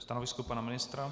Stanovisko pana ministra?